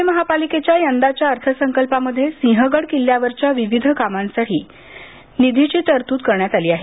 पुणे महापालिकेच्या यंदाच्या अर्थसंकल्पामध्ये सिंहगड किल्ल्यावरच्या विविध कामासाठी निधीची तरतुद करण्यात आली आहे